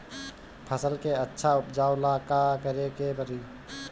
फसल के अच्छा उपजाव ला का करे के परी?